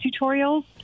tutorials